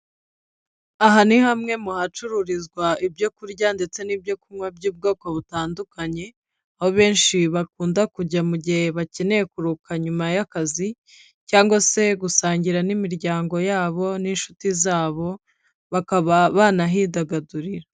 Aha ni hamwe mu hacururizwa ibyo kurya, ndetse n'ibyo kunywa by'ubwoko butandukanye, aho abenshi bakunda kujya mu gihe bakeneye kuruhuka nyuma y'akazi, cyangwa se gusangira n'imiryango yabo n'inshuti zabo, bakaba banahidagadurira.